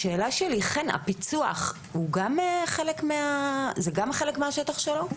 השאלה שלי, חן, הפיצוח זה גם חלק מהשטח שלו?